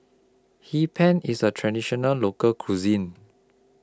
Hee Pan IS A Traditional Local Cuisine